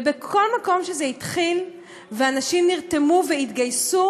ובכל מקום שזה התחיל ואנשים נרתמו והתגייסו,